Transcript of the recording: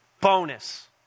Bonus